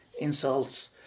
insults